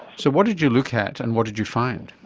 so what did you look at and what did you find?